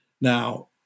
Now